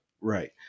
right